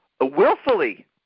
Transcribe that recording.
willfully